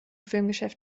filmgeschäft